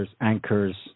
anchors